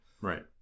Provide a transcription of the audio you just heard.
right